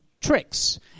tricks